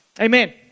Amen